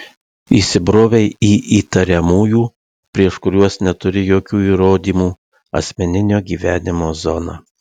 įsibrovei į įtariamųjų prieš kuriuos neturi jokių įrodymų asmeninio gyvenimo zoną